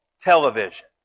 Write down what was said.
television